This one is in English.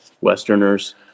Westerners